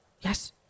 yes